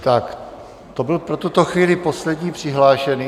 Tak, to byl pro tuto chvíli poslední přihlášený.